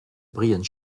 brian